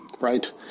Right